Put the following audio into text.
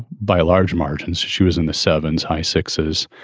by large margins, she was in the seven s high six s,